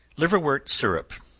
liverwort syrup.